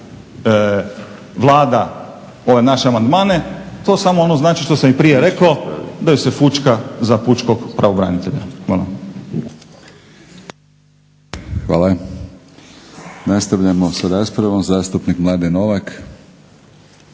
Vlada ove naše amandmane to samo znači ono što sam i prije rekao, da joj se fućka za pučkog pravobranitelja. Hvala. **Batinić, Milorad (HNS)** Hvala. Nastavljamo s raspravom. Zastupnik Mladen Novak.